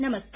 नमस्कार